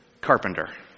carpenter